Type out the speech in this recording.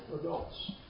adults